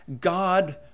God